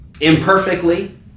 Imperfectly